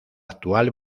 actual